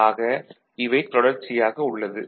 ஆக இவை தொடர்ச்சியாக உள்ளது